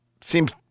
seems